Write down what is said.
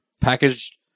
packaged